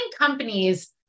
companies